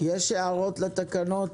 יש הערות לתקנות?